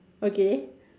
okay